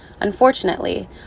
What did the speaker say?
Unfortunately